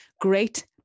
great